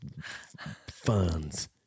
funds